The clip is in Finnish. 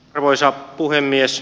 arvoisa puhemies